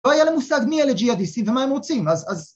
‫לא היה להם מושג מי אלה ג'יהאדיסטים ‫ומה הם רוצים, אז...